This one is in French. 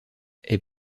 est